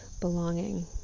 belonging